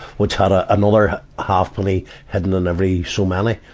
which had ah another half-penny hidden in every so many,